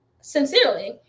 sincerely